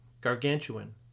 Gargantuan